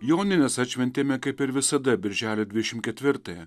jonines atšventėme kaip ir visada birželio dvidešimt ketvirtąją